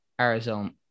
Arizona